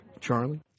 Charlie